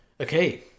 Okay